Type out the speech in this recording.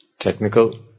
technical